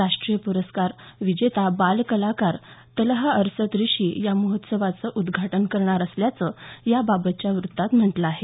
राष्ट्रीय प्रस्कार विजेता बाल कलाकार तलहा अर्सद ऋषी या महोत्सवाचं उद्घाटन करणार असल्याचं याबाबतच्या व्रत्तात म्हटलं आहे